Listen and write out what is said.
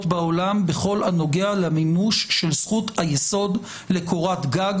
בעולם בכל הנוגע למימוש של זכות היסוד לקורת גג